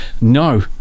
no